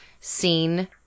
seen